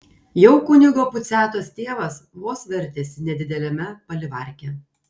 jau kunigo puciatos tėvas vos vertėsi nedideliame palivarke